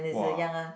[wah]